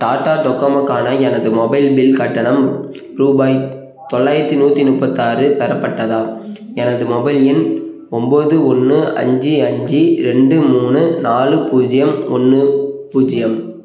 டாடா டோகோமோக்கான எனது mobile bill கட்டணம் ரூபாய் தொள்ளாயிரத்தி நூற்றி முப்பத்தாறு பெறப்பட்டதா எனது மொபைல் எண் ஒன்போது ஒன்று அஞ்சு அஞ்சு ரெண்டு மூணு நாலு பூஜ்யம் ஒன்று பூஜ்யம்